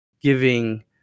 giving